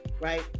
right